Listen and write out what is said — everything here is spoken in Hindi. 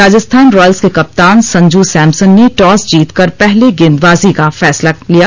राजस्थान रॉयल्स के कप्तान संजू सैमसन ने टॉस जीतकर पहले गेंदबाजी का फैसला लिया